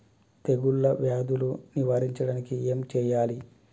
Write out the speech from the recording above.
తెగుళ్ళ వ్యాధులు నివారించడానికి ఏం చేయాలి?